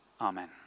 Amen